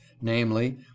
namely